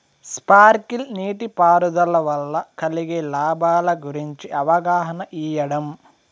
Sprinkle నీటిపారుదల వల్ల కలిగే లాభాల గురించి అవగాహన ఇయ్యడం?